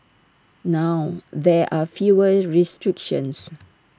now there are fewer restrictions